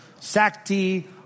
Sakti